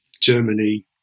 Germany